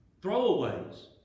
throwaways